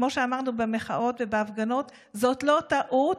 כמו שאמרנו במחאות ובהפגנות, זאת לא טעות,